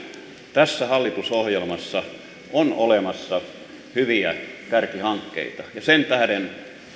tässä hallitusohjelmassa on olemassa hyviä kärkihankkeita ja sen tähden